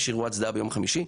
יש אירוע הצדעה ביום חמישי,